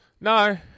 no